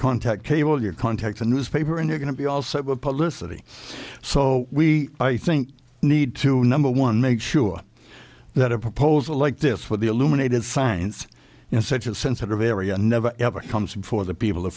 contact cable your contact the newspaper and you're going to be also published so we i think need to number one make sure that a proposal like this for the illuminated science in such a sensitive area never ever comes before the people